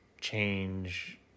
change